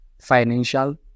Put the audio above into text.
financial